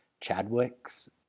Chadwick's